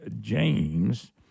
James